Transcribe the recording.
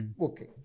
Okay